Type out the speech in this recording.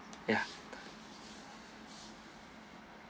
ya